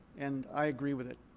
and i agree with it.